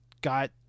got